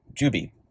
Juby